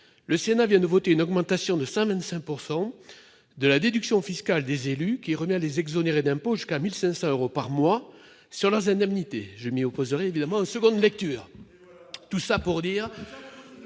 le Sénat vient de voter une augmentation de 125 % de la déduction fiscale des élus, qui revient à les exonérer d'impôt jusqu'à 1 500 euros par mois sur leurs indemnités. Je m'y opposerai évidemment en seconde lecture à l'Assemblée